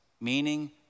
meaning